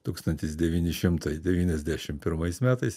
tūkstantis devyni šimtai devyniasdešim pirmais metais